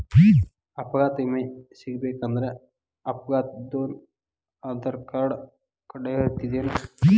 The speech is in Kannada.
ಅಪಘಾತ್ ವಿಮೆ ಸಿಗ್ಬೇಕಂದ್ರ ಅಪ್ಘಾತಾದೊನ್ ಆಧಾರ್ರ್ಕಾರ್ಡ್ ಕಡ್ಡಾಯಿರ್ತದೇನ್?